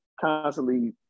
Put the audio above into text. constantly